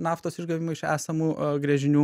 naftos išgavimą iš esamų gręžinių